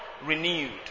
Renewed